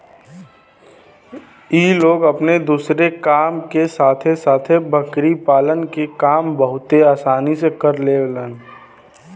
इ लोग अपने दूसरे काम के साथे साथे बकरी पालन के काम बहुते आसानी से कर लेवलन